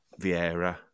Vieira